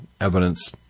evidence